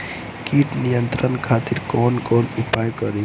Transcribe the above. कीट नियंत्रण खातिर कवन कवन उपाय करी?